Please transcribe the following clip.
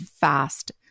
fast